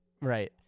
Right